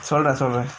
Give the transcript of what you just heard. சொல்ற சொல்ற:solra solra